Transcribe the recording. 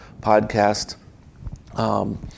podcast